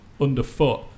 underfoot